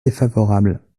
défavorable